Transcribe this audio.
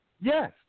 Yes